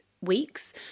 weeks